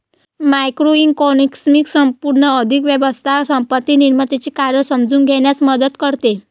macroeconomics संपूर्ण आर्थिक व्यवस्था संपत्ती निर्मितीचे कार्य समजून घेण्यास मदत करते